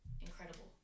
incredible